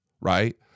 right